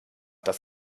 dass